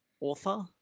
author